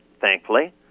thankfully